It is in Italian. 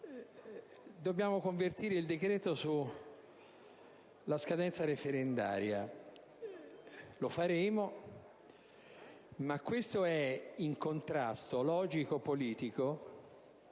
dobbiamo convertire il decreto sulla scadenza referendaria. Lo faremo, ma questo è in contrasto logico-politico